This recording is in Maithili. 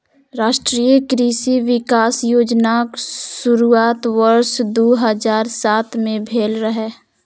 राष्ट्रीय कृषि विकास योजनाक शुरुआत वर्ष दू हजार सात मे भेल रहै